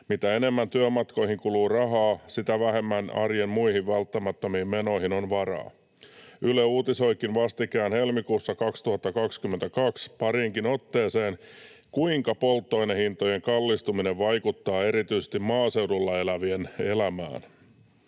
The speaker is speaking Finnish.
Mitä enemmän työmatkoihin kuluu rahaa, sitä vähemmän arjen muihin välttämättömiin menoihin on varaa. Yle uutisoikin vastikään helmikuussa 2022 pariinkin otteeseen, kuinka polttoainehintojen kallistuminen vaikuttaa erityisesti maaseudulla elävien elämään.